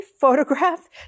photograph